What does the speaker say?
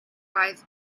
wife